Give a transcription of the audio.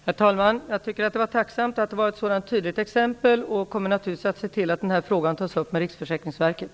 Herr talman! Jag är tacksam för att få ett så tydligt exempel, och jag kommer naturligtvis att se till att frågan tas upp med Riksförsäkringsverket.